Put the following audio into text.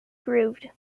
grooved